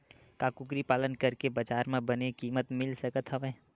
का कुकरी पालन करके बजार म बने किमत मिल सकत हवय?